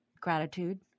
gratitude